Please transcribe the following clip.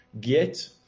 get